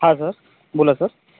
हा सर बोला सर